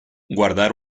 guardar